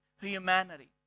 humanity